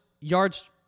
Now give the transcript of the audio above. yards